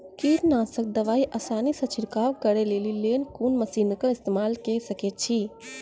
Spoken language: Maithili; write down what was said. कीटनासक दवाई आसानीसॅ छिड़काव करै लेली लेल कून मसीनऽक इस्तेमाल के सकै छी?